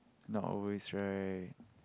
not always right